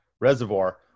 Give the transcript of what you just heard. Reservoir